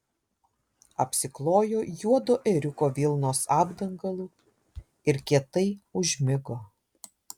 apsiklojo juodo ėriuko vilnos apdangalu ir kietai užmigo